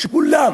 כולם,